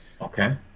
Okay